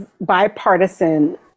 bipartisan